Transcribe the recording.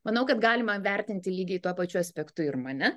manau kad galima vertinti lygiai tuo pačiu aspektu ir mane